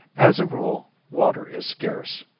as a rule water is scarce.